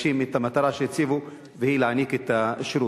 להגשים את המטרה שהציבו, והיא להעניק את השירות.